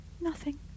Nothing